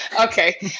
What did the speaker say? Okay